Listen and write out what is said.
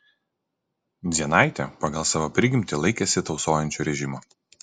dzienaitė pagal savo prigimtį laikėsi tausojančio režimo